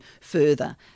further